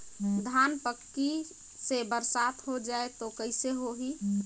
धान पक्की से बरसात हो जाय तो कइसे हो ही?